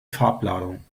farbladung